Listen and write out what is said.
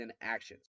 actions